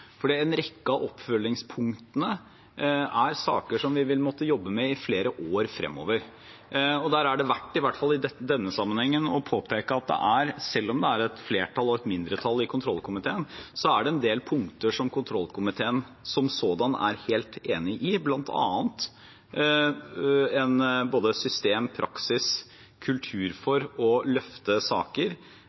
En rekke av oppfølgingspunktene er saker vi vil måtte jobbe med i flere år fremover. Der er det verdt – i hvert fall i denne sammenhengen – å påpeke at selv om det er et flertall og et mindretall i kontrollkomiteen, er det en del punkter som kontrollkomiteen som sådan er helt enige om, bl.a. både system, praksis og kultur for å løfte saker